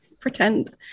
Pretend